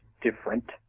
different